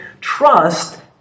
Trust